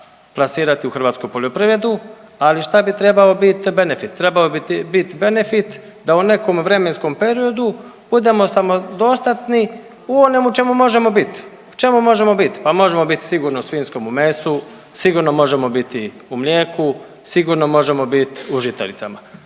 plasirati u hrvatsku poljoprivredu. Ali šta bi trebao bit benefit? Trebao bi bit benefit da u nekom vremenskom periodu budemo samodostatni u onemu u čemu možemo biti, u čemu možemo bit, a možemo sigurno u svinjskom mesu, sigurno možemo biti u mlijeku, sigurno možemo biti u žitaricama.